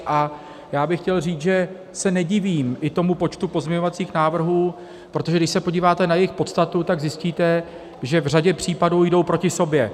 A já bych chtěl říct, že se nedivím i tomu počtu pozměňovacích návrhů, protože když se podíváte na jejich podstatu, tak zjistíte, že v řadě případů jdou proti sobě.